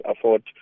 afford